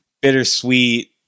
bittersweet